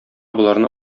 боларны